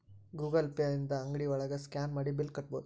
Google Pay ಇಂದ ಅಂಗ್ಡಿ ಒಳಗ ಸ್ಕ್ಯಾನ್ ಮಾಡಿ ಬಿಲ್ ಕಟ್ಬೋದು